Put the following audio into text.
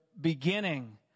beginning